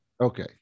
Okay